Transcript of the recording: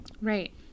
Right